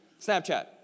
Snapchat